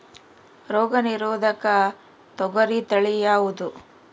ರೋಗ ನಿರೋಧಕ ತೊಗರಿ ತಳಿ ಯಾವುದು?